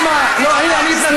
מה יש לך, למה אתה מדבר עליו?